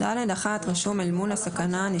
(ד1) רשום "אל מול הסכנה הנשקפת".